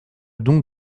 donc